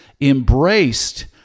embraced